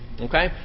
Okay